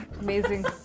amazing